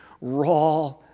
raw